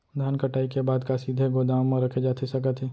धान कटाई के बाद का सीधे गोदाम मा रखे जाथे सकत हे?